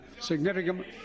significant